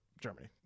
Germany